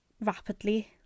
rapidly